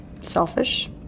selfish